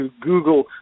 Google